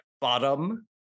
bottom